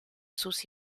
sus